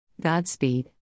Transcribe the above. Godspeed